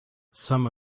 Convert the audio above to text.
some